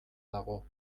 dago